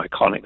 iconic